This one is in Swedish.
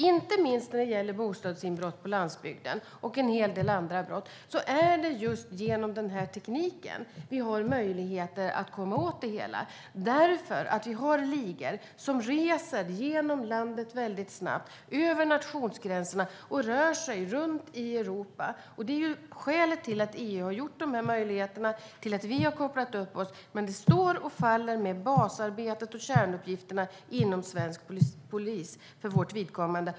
Inte minst när det gäller bostadsinbrott på landsbygden och en hel del andra brott är det just genom denna teknik som vi har möjligheter att komma åt det hela. Vi har ligor som reser genom landet väldigt snabbt, över nationsgränserna och rör sig runt i Europa. Det är skälet till att EU har gjort dessa möjligheter och att vi har kopplat upp oss. Men det står och faller med basarbetet och kärnuppgifterna inom svensk polis för vårt vidkommande.